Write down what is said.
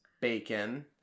bacon